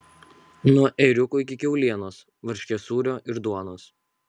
nuo ėriuko iki kiaulienos varškės sūrio ir duonos